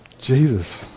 Jesus